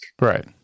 Right